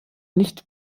nicht